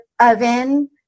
oven